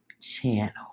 channel